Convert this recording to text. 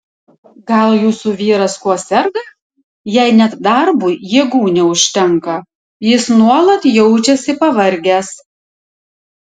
gal jūsų vyras kuo serga jei net darbui jėgų neužtenka jis nuolat jaučiasi pavargęs